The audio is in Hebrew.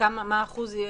ומה אחוז ההתייצבות?